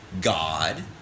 god